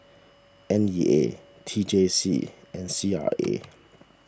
N E A T J C and C R A